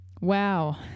wow